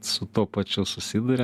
su tuo pačiu susiduria